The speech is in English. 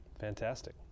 Fantastic